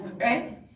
Right